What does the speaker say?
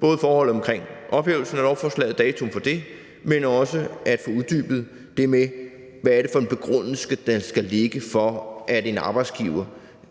både forhold om ophævelsen af loven og datoen for det, men også at få uddybet det med, hvad det er for en begrundelse, der skal ligge, for at en arbejdsgiver